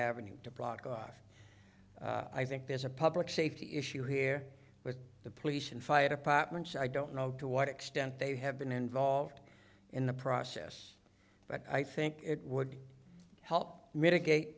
avenue to prakash i think there's a public safety issue here with the police and fire departments i don't know to what extent they have been involved in the process but i think it would help mitigate